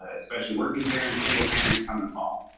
ah especially working parents, single parents, come the fall?